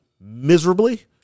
miserably